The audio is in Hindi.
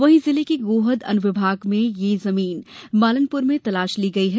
वहीं जिले के गोहद अनुविभाग में यह जमीन मालनपुर में तलाश ली गयी है